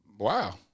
Wow